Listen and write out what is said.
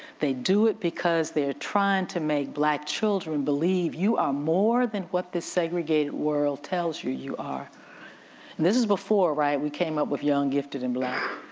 they do it because they are trying to make black children believe you are more than what this segregated world tells you you are and this is before, right, we came up with young gifted and black,